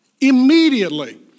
Immediately